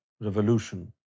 revolution